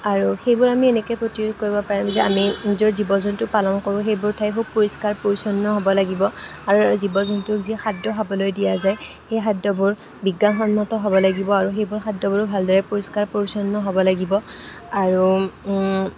আৰু সেইবোৰ আমি এনেকৈ প্ৰতিৰোধ কৰিব পাৰোঁ যে আমি য'ত জীৱ জন্তুক পালন কৰোঁ সেইবোৰ ঠাই খুব পৰিষ্কাৰ পৰিচ্ছন্ন হ'ব লাগিব আৰু জীৱ জন্তুক যি খাদ্য খাবলৈ দিয়া যায় সেই খাদ্যবোৰ বিজ্ঞানসন্মত হ'ব লাগিব আৰু সেইবোৰ খাদ্যবোৰো ভালদৰে পৰিষ্কাৰ পৰিচ্ছন্ন হ'ব লাগিব আৰু